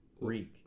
Reek